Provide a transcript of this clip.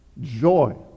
joy